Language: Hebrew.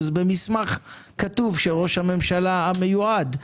זה מסמך כתוב של ראש הממשלה המיועד.